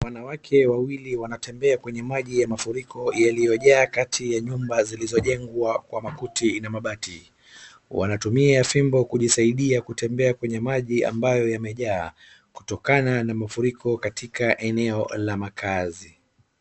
Wanawake wawili wanatembea kwenye maji ya mafuriko yaliyojaa kati ya nyumba zilizojengwa kwa makuti na mabati. Wanatumia fimbo kujisaidia kutembea kwenye maji ambayo yamejaa kutokana na mafuriko katika eneo la makaazi.